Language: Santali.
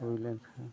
ᱦᱩᱭ ᱞᱮᱱᱠᱷᱟᱱ